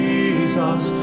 Jesus